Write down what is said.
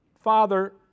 Father